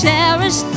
Cherish